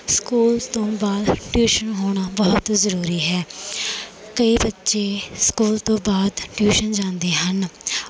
school ਤੋਂ ਬਾਅਦ tuition ਹੋਣਾ ਬਹੁਤ ਜ਼ਰੂਰੀ ਹੈ ਅਤੇ ਬੱਚੇ ਸਕੂਲ ਤੋਂ ਬਾਅਦ ਟਿਊਸ਼ਨ ਜਾਂਦੇ ਹਨ